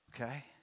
Okay